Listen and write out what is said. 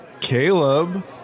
Caleb